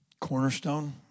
cornerstone